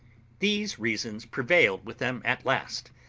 these reasons prevailed with them at last,